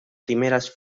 primeras